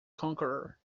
conqueror